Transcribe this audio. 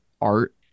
art